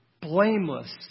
blameless